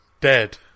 dead